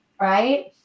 right